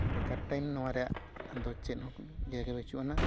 ᱵᱮᱠᱟᱨ ᱴᱟᱭᱤᱢ ᱱᱚᱣᱟ ᱨᱮᱭᱟᱜ ᱫᱚ ᱪᱮᱫ ᱦᱚᱸ ᱤᱭᱟᱹᱜᱮ ᱵᱟᱹᱪᱩᱜ ᱟᱱᱟᱜ